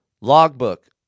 logbook